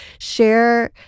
share